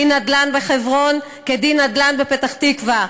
דין נדל"ן בחברון כדין נדל"ן בפתח-תקווה,